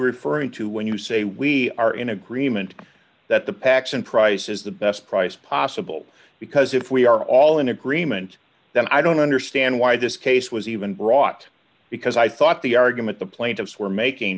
referring to when you say we are in agreement that the paxson price is the best price possible because if we are all in agreement then i don't understand why this case was even brought because i thought the argument the plaintiffs were making